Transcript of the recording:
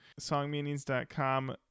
Songmeanings.com